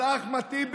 אבל אחמד טיבי